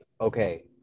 okay